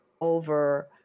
over